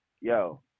yo